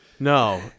No